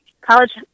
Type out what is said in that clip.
college